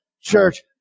church